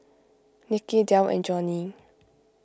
Niki Delle and Joni